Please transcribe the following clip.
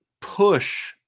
push